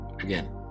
Again